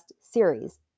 series